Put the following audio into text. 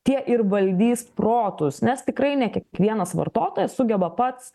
tie ir valdys protus nes tikrai ne kiekvienas vartotojas sugeba pats